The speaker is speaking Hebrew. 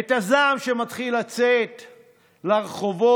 את הזעם שמתחיל לצאת לרחובות,